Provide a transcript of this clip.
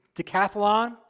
decathlon